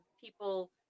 people